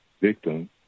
victim